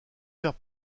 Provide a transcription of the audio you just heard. faire